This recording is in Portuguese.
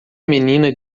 menina